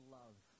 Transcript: love